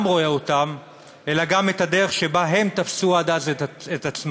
רואה אותם אלא גם את הדרך שבהם הם תפסו עד אז את עצמם.